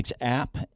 app